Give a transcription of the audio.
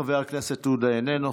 חבר הכנסת עודה, איננו.